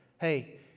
Hey